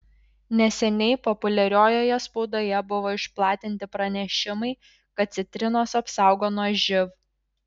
neseniai populiariojoje spaudoje buvo išplatinti pranešimai kad citrinos apsaugo nuo živ